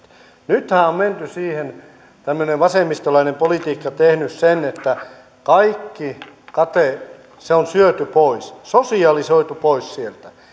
nythän on menty siihen tämmöinen vasemmistolainen politiikka on tehnyt sen että kaikki kate on syöty pois sosialisoitu pois sieltä